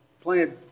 playing